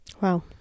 Wow